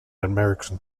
american